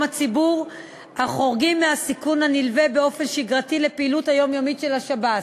הציבור החורגים מהסיכון הנלווה באופן שגרתי לפעילות היומיומית של השב"ס,